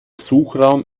suchraum